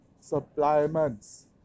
supplements